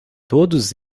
todos